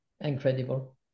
incredible